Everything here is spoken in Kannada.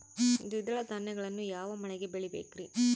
ದ್ವಿದಳ ಧಾನ್ಯಗಳನ್ನು ಯಾವ ಮಳೆಗೆ ಬೆಳಿಬೇಕ್ರಿ?